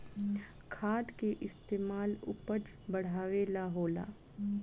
खाद के इस्तमाल उपज बढ़ावे ला होला